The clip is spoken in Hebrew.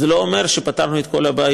זה לא אומר שפתרנו את כל הבעיות,